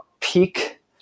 Peak